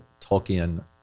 Tolkien